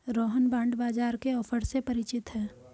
Rohan bond बाजार के offer से परिचित है